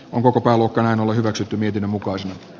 onko koko alkaneen ole hyväksytty viedyn mukaan